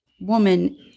woman